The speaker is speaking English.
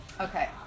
okay